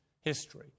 history